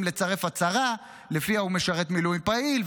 לצרף הצהרה שלפיה הוא משרת מילואים פעיל,